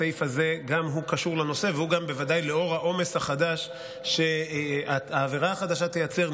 הסעיף הזה גם הוא קשור לנושא ולאור העומס החדש שהעבירה החדשה תייצר,